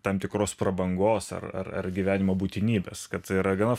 tam tikros prabangos ar ar gyvenimo būtinybės kad yra gana